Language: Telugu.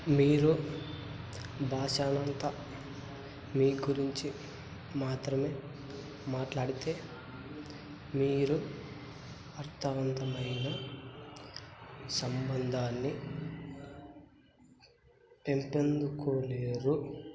మీరు భాషణ అంతా మీ గురించి మాత్రమే మాట్లాడితే మీరు అర్ధవంతమైన సంబంధాన్ని పెంపందుకోలేరు